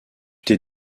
t’es